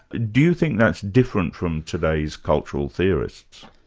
do you think that's different from today's cultural theorists?